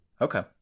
okay